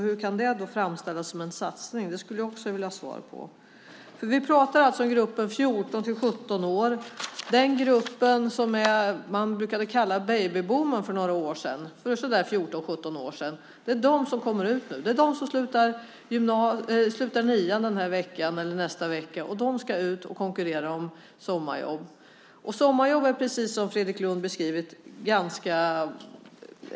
Hur det då kan framställas som en satsning skulle jag också vilja ha ett svar om. Vi pratar ju om gruppen 14-17 år. Den grupp som man för så där 14-17 år sedan brukade kalla för babyboomen kommer nu ut. Den här veckan eller nästa vecka går de ut nian. De ska ut och konkurrera om sommarjobben. Det är som Fredrik Lundh beskrivit sommarjobben.